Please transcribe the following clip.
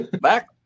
Back